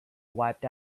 wiped